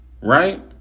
Right